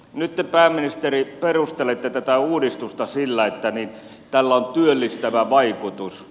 nyt te pääministeri perustelette tätä uudistusta sillä että tällä on työllistävä vaikutus